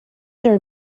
their